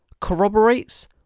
corroborates